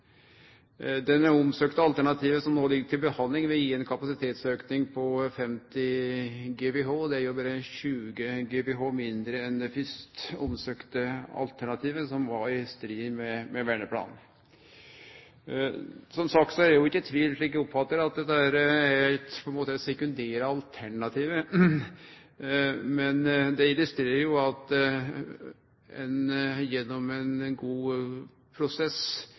som no ligg til behandling, vil gi ein kapasitetsauke på 50 GWh, berre 20 GWh mindre enn det alternativet ein fyrst søkte om, som var i strid med verneplanen. Som sagt er det ikkje tvil om, slik eg oppfattar det, at dette er det sekundære alternativet, men det illustrerer jo at ein gjennom ein god prosess